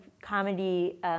comedy